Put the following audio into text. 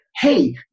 hey